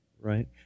Right